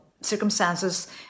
circumstances